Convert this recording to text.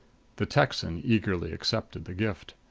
the texan eagerly accepted the gift.